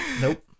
Nope